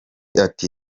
ati